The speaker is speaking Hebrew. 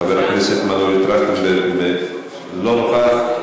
חבר הכנסת מנואל טרכטנברג, לא נוכח.